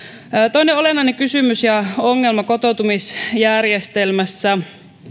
toinen olennainen kysymys ja ongelma kotoutumisjärjestelmässä